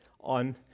on